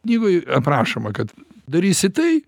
knygoj aprašoma kad darysi tai